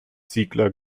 ziegler